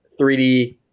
3D